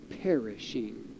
perishing